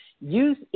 use